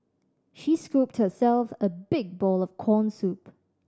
she scooped herself a big bowl of corn soup